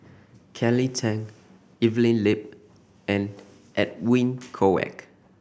Kelly Tang Evelyn Lip and Edwin Koek